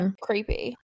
creepy